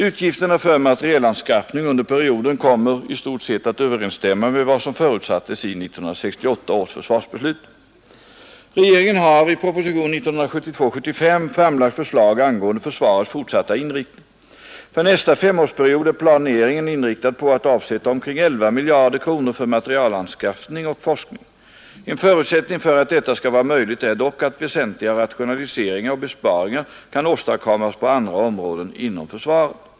Utgifterna för materielanskaffning under perioden kommer i stort sett att överensstämma med vad som förutsatts i 1968 års försvarsbeslut. Regeringen har i propositionen 1972:75 framlagt förslag angående försvarets fortsatta inriktning För nästa femårsperiod är planeringen inriktad på att avsätta omkring 11 miljarder kronor för materielanskaffning och forskning. En förutsättning för att detta skall vara möjligt är dock att väsentliga rationaliseringar och besparingar kan åstadkommas på andra områden inom försvaret.